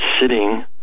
sitting